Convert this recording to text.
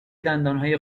دندانهای